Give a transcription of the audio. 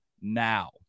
now